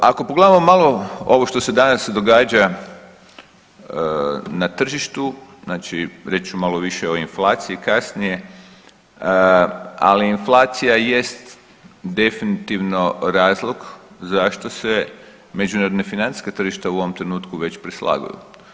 Ako pogledamo malo ovo što se danas događa na tržištu, znači reći ću malo više o inflaciji kasnije, ali inflacija jest definitivno razloga zašto se međunarodna financijska tržišta u ovom trenutku već preslaguju.